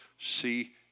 see